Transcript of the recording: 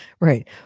Right